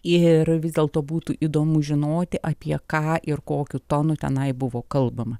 ir vis dėlto būtų įdomu žinoti apie ką ir kokiu tonu tenai buvo kalbama